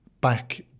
back